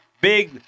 Big